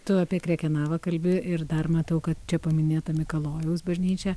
tu apie krekenavą kalbi ir dar matau kad čia paminėta mikalojaus bažnyčia